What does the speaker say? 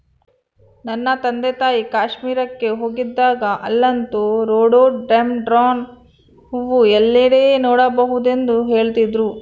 ನನ್ನ ತಂದೆತಾಯಿ ಕಾಶ್ಮೀರಕ್ಕೆ ಹೋಗಿದ್ದಾಗ ಅಲ್ಲಂತೂ ರೋಡೋಡೆಂಡ್ರಾನ್ ಹೂವು ಎಲ್ಲೆಡೆ ನೋಡಬಹುದೆಂದು ಹೇಳ್ತಿದ್ರು